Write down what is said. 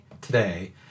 today